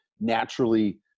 naturally